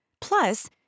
Plus